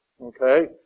Okay